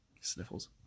sniffles